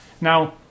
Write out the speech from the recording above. Now